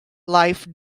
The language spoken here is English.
life